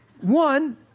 one